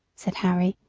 said harry,